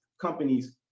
companies